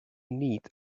need